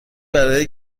برای